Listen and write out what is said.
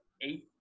eight